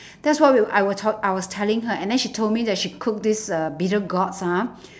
that's what we I were t~ I was telling her and then she told that me she cooked this uh bittergourds ah